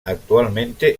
actualmente